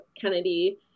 kennedy